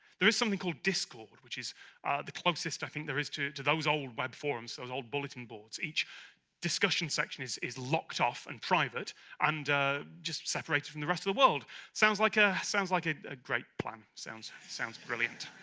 there is something called discord which is the closest i think there is to to those old web forums those old bulleting boards each discussion section is. is locked off and private and just separates from the rest of the world sounds like. ah sounds like a ah great plan sounds. sounds brilliant